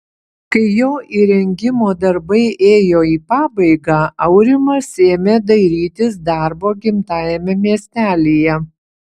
kai jo įrengimo darbai ėjo į pabaigą aurimas ėmė dairytis darbo gimtajame miestelyje